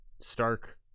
stark